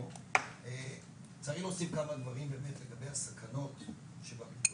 צריך להוסיף כמה דברים לגבי הסכנות שבבידוד.